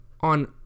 on